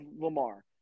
Lamar